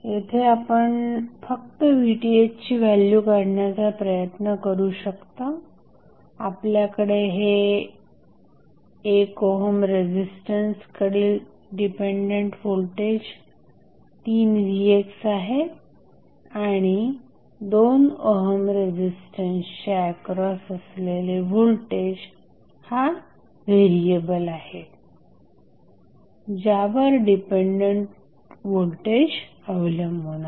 येथे आपण फक्त Vth ची व्हॅल्यू काढण्याचा प्रयत्न करू शकता आपल्याकडे हे 1 ओहम रेझिस्टन्स कडील डिपेंडंट व्होल्टेज 3vxआहे आणि 2 ओहम रेझिस्टन्सच्या एक्रॉस असलेले व्होल्टेज हा व्हेरिएबल आहे ज्यावर डिपेंडंट व्होल्टेज अवलंबून आहे